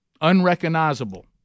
unrecognizable